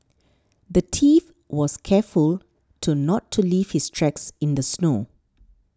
the thief was careful to not to leave his tracks in the snow